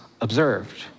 observed